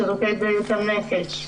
שירותי בריאות הנפש.